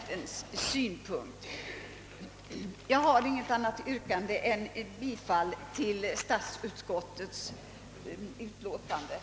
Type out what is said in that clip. Herr talman! Jag har inget annat yrkande än om bifall till utskottets hemställan.